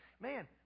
Man